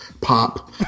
pop